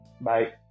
bye